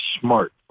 smart